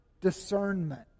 discernment